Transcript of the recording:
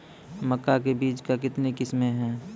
मक्का के बीज का कितने किसमें हैं?